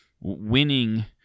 winning